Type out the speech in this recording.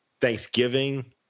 Thanksgiving